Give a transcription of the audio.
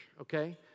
okay